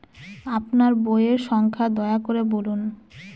আপনার বইয়ের সংখ্যা দয়া করে বলুন?